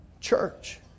Church